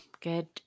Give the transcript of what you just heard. good